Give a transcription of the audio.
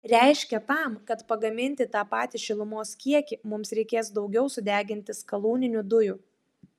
reiškia tam kad pagaminti tą patį šilumos kiekį mums reikės daugiau sudeginti skalūninių dujų